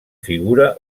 figura